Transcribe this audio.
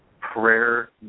prayer